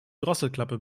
drosselklappe